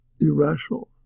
irrational